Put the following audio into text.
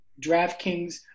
DraftKings